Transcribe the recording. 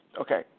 Okay